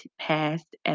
past